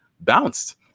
bounced